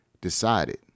decided